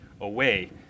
away